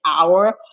hour